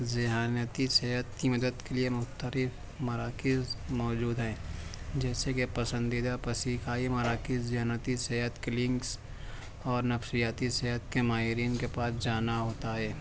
ذہانتی صحت کی مدد کے لیے مختلف مراکز موجود ہے جیسے کہ پسندیدہ پسیکائی مراکز ذہانتی صحت کے لنکس اور نفسیاتی صحت کے ماہرین کے پاس جانا ہوتا ہے